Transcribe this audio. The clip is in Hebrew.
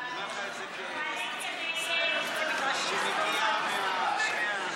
ההצעה להעביר לוועדה את הצעת חוק איסור הונאה בכשרות (תיקון,